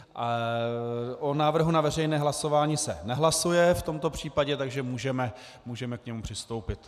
O návrhu na veřejné hlasování se nehlasuje v tomto případě, takže můžeme k němu přistoupit.